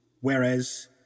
whereas